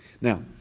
now